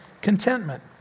contentment